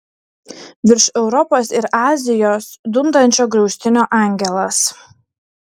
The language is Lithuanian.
virš europos ir azijos dundančio griaustinio angelas